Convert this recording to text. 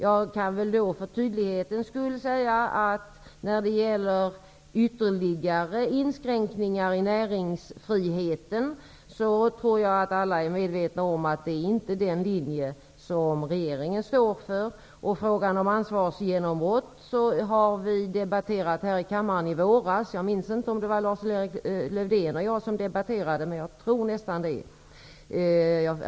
Jag kan för tydlighetens skull säga, att ytterligare inskränkningar i näringsfriheten inte är den linje som regeringen står för, och det tror jag alla är medvetna om. Frågan om ansvarsgenombrott har vi debatterat här i kammaren i våras. Jag minns inte om det var Lars Erik Lövdén och jag som debatterade, men jag tror nästan det.